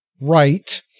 right